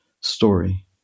story